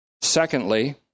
Secondly